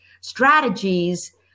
strategies